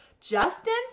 Justin